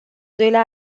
doilea